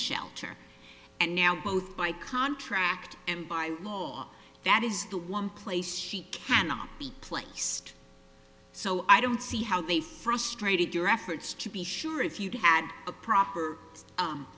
shelter and now both by contract and by law that is the one place she cannot be placed so i don't see how they frustrate your efforts to be sure if you'd had a proper